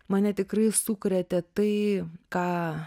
mane tikrai sukrėtė tai ką